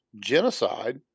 genocide